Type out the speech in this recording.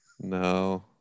No